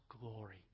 glory